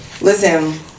Listen